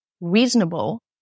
reasonable